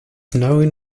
known